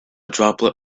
droplet